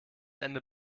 ende